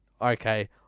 okay